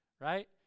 right